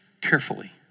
carefully